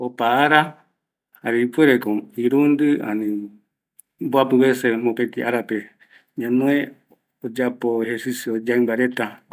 Opa ara, jare ipuereko mboapɨ, irundɨ veces ko ñanoe oyapo ejercicios yaɨmba reta